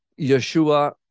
Yeshua